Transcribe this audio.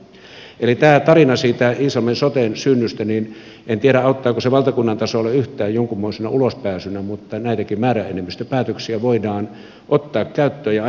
eli tämä tarina siitä iisalmen soten synnystä en tiedä auttaako se valtakunnan tasolla yhtään jonkunmoisena ulospääsynä mutta näitäkin määräenemmistöpäätöksiä voidaan ottaa käyttöön